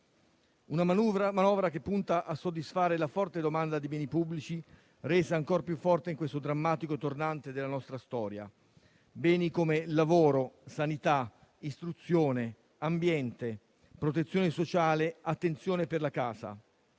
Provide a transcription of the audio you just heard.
una manovra che punta a soddisfare la forte domanda di beni pubblici, resa ancor più forte in questo drammatico tornante della nostra storia, di beni come lavoro, sanità, istruzione, ambiente, protezione sociale, attenzione per la casa.